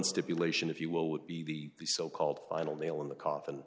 stipulation if you will would be the so called final nail in the coffin